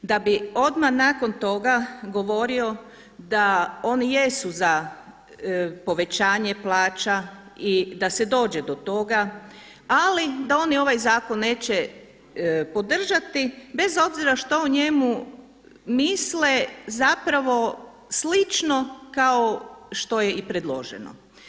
Da bi odmah nakon toga govorio da oni jesu za povećanje plaća i da se dođe do toga ali da oni ovaj zakon neće podržati bez obzira što o njemu misle zapravo slično kao što je i predloženo.